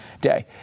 Day